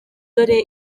dore